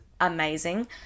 amazing